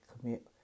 commit